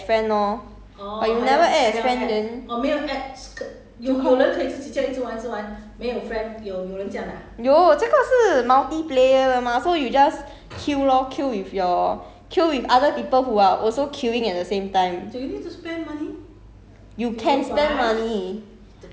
ya if you add lah if you add as friend lor but if you never add as friend then 有这个是 multiplayer 的 mah so you just kill lor kill with your kill with other people who are also killing at the same time